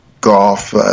golf